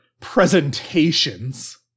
presentations